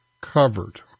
covered